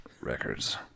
records